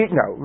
no